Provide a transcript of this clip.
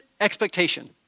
expectation